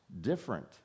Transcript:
different